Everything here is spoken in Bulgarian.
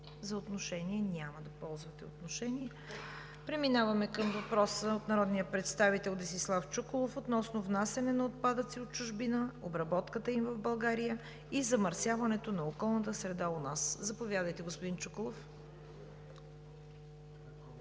за отношение – няма да ползвате. Преминаваме към въпроса от народния представител Десислав Чуколов относно внасяне на отпадъци от чужбина, обработката им в България и замърсяването на околната среда у нас. Заповядайте, господин Чуколов.